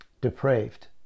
depraved